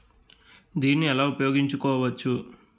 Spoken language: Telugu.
దీన్ని ఎలా ఉపయోగించు కోవచ్చు?